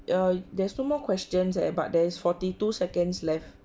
err there's no more questions eh but there is forty two seconds left